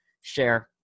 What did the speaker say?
share